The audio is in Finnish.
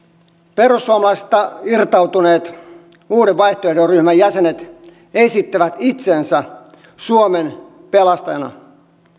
perussuomalaisista irtautuneet uuden vaihtoehdon ryhmän jäsenet esittävät itsensä suomen pelastajana